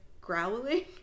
growling